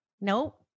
Nope